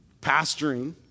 Pastoring